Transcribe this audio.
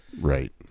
right